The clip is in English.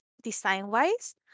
design-wise